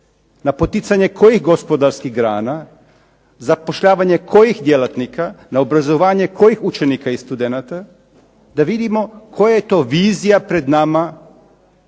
na poticanje kojih gospodarskih grana, zapošljavanje kojih djelatnika, na obrazovanje kojih učenika i studenata, da vidimo koja je to vizija pred nama.